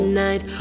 night